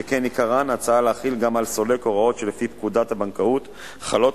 שכן עיקרן הצעה להחיל גם על סולק הוראות שלפי פקודת הבנקאות חלות,